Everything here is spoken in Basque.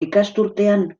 ikasturtean